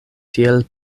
tiel